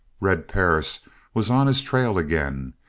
red perris was on his trail again,